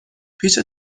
پیچ